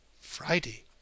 Friday